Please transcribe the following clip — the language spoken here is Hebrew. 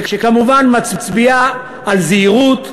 שכמובן מצביעה על זהירות,